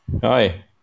Hi